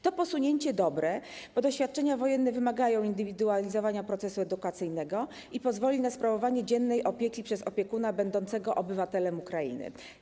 To posunięcie dobre, bo doświadczenia wojenne wymagają indywidualizowania procesu edukacyjnego, pozwoli na sprawowanie dziennej opieki przez opiekuna będącego obywatelem Ukrainy.